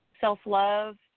self-love